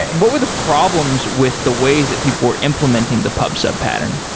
what were the problems with the ways that people were implementing the pub-sub pattern?